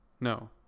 No